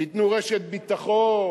תיתנו רשת ביטחון,